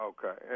Okay